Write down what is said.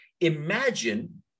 Imagine